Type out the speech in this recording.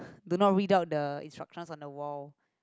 do not read out the instructions on the wall